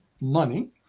money